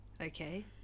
Okay